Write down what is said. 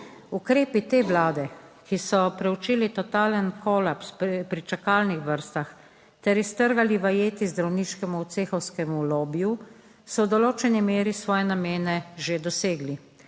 Ukrepi te vlade, ki so preučili totalni kolaps pri čakalnih vrstah ter iztrgali vajeti zdravniškemu cehovskemu lobiju, so v določeni meri svoje namene že dosegli.